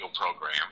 program